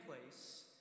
place